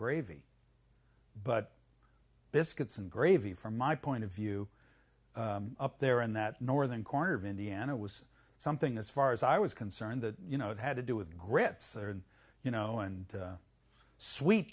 gravy but biscuits and gravy from my point of view up there in that northern corner of indiana was something as far as i was concerned that you know it had to do with grits you know and sweet